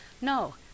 No